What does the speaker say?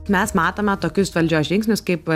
mes matome tokius valdžios žingsnius kaip